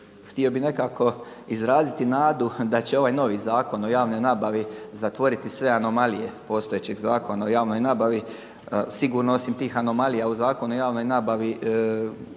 htio bi nekako izraziti nadu da će ovaj novi Zakon o javnoj nabavi zatvoriti sve anomalije postojećeg Zakona o javnoj nabavi. Sigurno osim tih anomalija u zakonu o javnoj nabavi